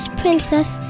princess